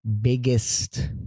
biggest